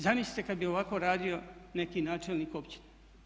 Zamislite kada bi ovako radio neki načelnik općine.